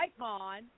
Icon